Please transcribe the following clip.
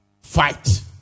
Fight